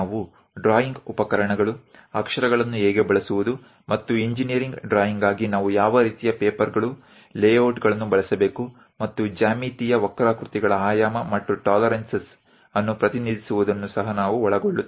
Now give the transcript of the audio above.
તેમાં આપણે drawing instruments lettering નો ઉપયોગ કેવી રીતે કરવો અને એન્જિનિયરિંગ ડ્રોઈંગ માટે કયા પ્રકારનાં કાગળો લેઆઉટ નો ઉપયોગ કરવો અને ભૌમિતિક વળાંકો પરિમાણો અને ટોલરન્સ વિશે અભ્યાસ કરશુ